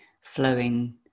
flowing